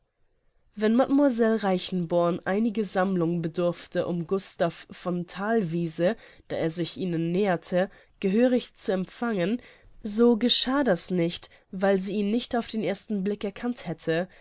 wenn mademoiselle reichenborn einige sammlung bedurfte um gustav von thalwiese da er sich ihnen näherte gehörig zu empfangen so geschah das nicht weil sie ihn nicht auf den ersten blick erkannt hätte